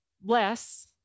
bless